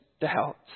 doubts